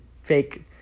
fake